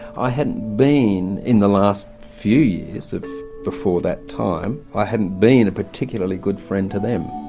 i hadn't been, in the last few years before that time, i hadn't been a particularly good friend to them.